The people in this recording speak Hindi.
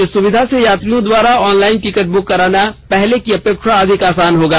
इस सुविधा से यात्रियों द्वारा ऑनलाइन टिकट बुक कराना पहले की अपेक्षा अधिक आसान होगा